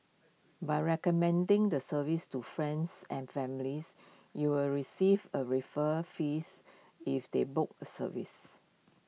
by recommending the service to friends and families you will receive A referral fees if they book A service